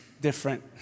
different